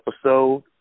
episode